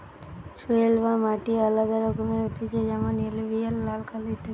soil বা মাটি আলাদা রকমের হতিছে যেমন এলুভিয়াল, লাল, কালো ইত্যাদি